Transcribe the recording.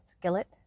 skillet